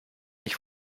ich